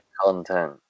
content